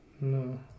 no